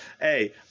hey